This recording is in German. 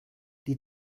die